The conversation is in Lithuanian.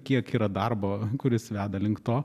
kiek yra darbo kuris veda link to